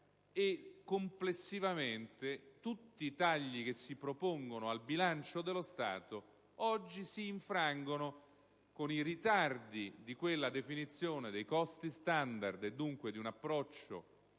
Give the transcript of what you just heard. che complessivamente tutti i tagli che si propongono al bilancio dello Stato si infrangono oggi con i ritardi nella definizione dei costi standard, e dunque di un approccio